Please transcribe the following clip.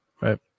right